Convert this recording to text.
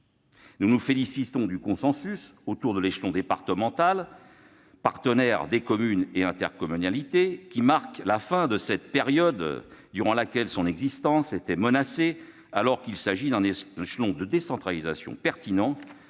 Nous nous félicitons du consensus trouvé autour de l'échelon départemental, partenaire des communes et des intercommunalités. Ce consensus marque la fin d'une période durant laquelle son existence était menacée alors qu'il s'agit d'un échelon pertinent de décentralisation, mais